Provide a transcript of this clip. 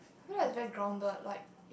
that's very grounded like